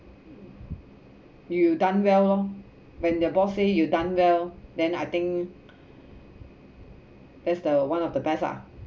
you done well lor when the boss say you done well then I think that's the one of the best ah